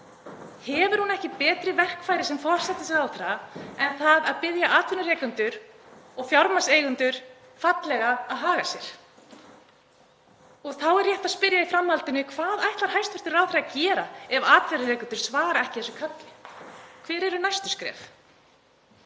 Hefur hún ekki betra verkfæri sem forsætisráðherra en að biðja atvinnurekendur og fjármagnseigendur fallega að haga sér? Þá er rétt að spyrja í framhaldinu: Hvað ætlar hæstv. ráðherra að gera ef atvinnurekendur svara ekki þessu kalli? Hver eru næstu skref?